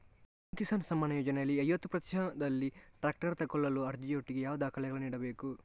PM Kisan Samman ಯೋಜನೆಯಲ್ಲಿ ಐವತ್ತು ಪ್ರತಿಶತನಲ್ಲಿ ಟ್ರ್ಯಾಕ್ಟರ್ ತೆಕೊಳ್ಳಲು ಅರ್ಜಿಯೊಟ್ಟಿಗೆ ಯಾವ ದಾಖಲೆಗಳನ್ನು ಇಡ್ಬೇಕು?